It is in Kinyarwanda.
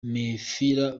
mehfira